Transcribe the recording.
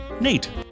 Nate